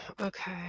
Okay